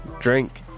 drink